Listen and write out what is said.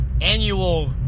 annual